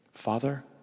Father